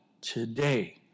Today